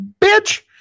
bitch